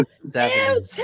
Seven